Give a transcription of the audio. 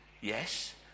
Yes